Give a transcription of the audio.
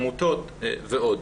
עמותות ועוד.